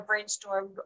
brainstormed